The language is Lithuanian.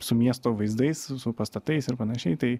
su miesto vaizdais su pastatais ir panašiai tai